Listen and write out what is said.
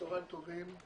צהרים טובים.